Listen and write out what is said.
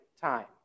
time